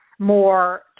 more